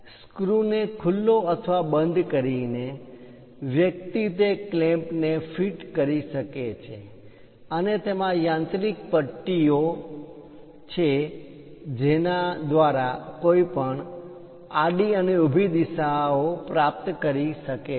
screw ને પેચ ને ખુલ્લો અથવા બંધ કરીને વ્યક્તિ તે ક્લેમ્પને ફીટ ફીક્સ જોડી કરી શકે છે અને તેમાં યાંત્રિક પટ્ટી ઓ છે જેના દ્વારા કોઈ પણ આડી અને ઊભી દિશાઓ પ્રાપ્ત કરી શકાય છે